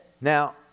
Now